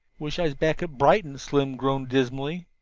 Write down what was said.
wish i was back at brighton, slim groaned dismally.